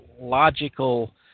logical